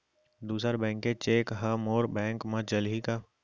दूसर बैंक के चेक ह मोर बैंक म चलही का?